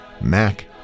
Mac